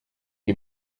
die